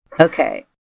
Okay